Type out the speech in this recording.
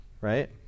Right